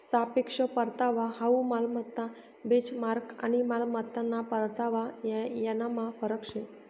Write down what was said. सापेक्ष परतावा हाउ मालमत्ता बेंचमार्क आणि मालमत्ताना परतावा यानमा फरक शे